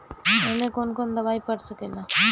ए में कौन कौन दवाई पढ़ सके ला?